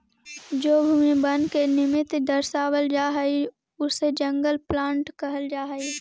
जो भूमि वन क्षेत्र के निमित्त दर्शावल जा हई उसे जंगल प्लॉट कहल जा हई